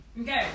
Okay